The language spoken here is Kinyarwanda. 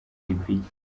libiya